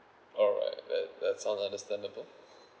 alright that that sounds understandable